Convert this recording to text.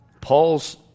Paul's